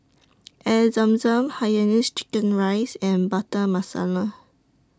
Air Zam Zam Hainanese Chicken Rice and Butter Masala